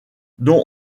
don